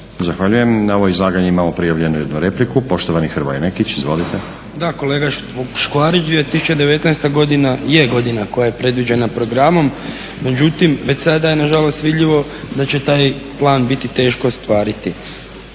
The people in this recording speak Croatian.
Zahvaljujem. Na ovo izlaganje imamo prijavljenu jednu repliku, poštovani Hrvatskoj Nekić. Izvolite. **Nekić, Hrvoje (SDP)** Da, kolega Škvarić 2019. godina je godina koja je predviđena programom. Međutim, već sada je nažalost vidljivo da će taj plan biti teško ostvariti.